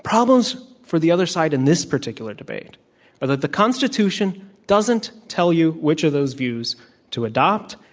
problems for the other side in this particular debate are that the constitution doesn't tell you which of those views to adopt,